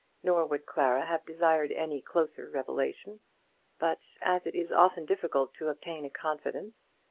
nor would clara have desired any closer revelation but as it is often difficult to obtain a confidence,